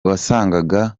wasangaga